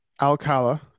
Alcala